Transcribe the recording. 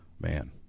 Man